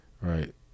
right